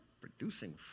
producing